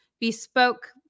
bespoke